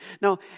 now